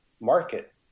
market